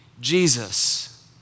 Jesus